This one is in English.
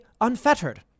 unfettered